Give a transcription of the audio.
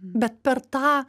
bet per tą